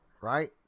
right